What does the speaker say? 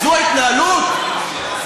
זו ההתנהלות?